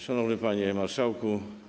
Szanowny Panie Marszałku!